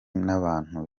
n’abantu